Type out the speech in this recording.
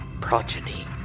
Progeny